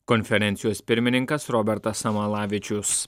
konferencijos pirmininkas robertas samalavičius